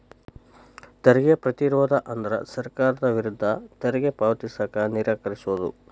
ತೆರಿಗೆ ಪ್ರತಿರೋಧ ಅಂದ್ರ ಸರ್ಕಾರದ ವಿರುದ್ಧ ತೆರಿಗೆ ಪಾವತಿಸಕ ನಿರಾಕರಿಸೊದ್